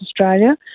Australia